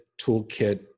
toolkit